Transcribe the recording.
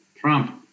Trump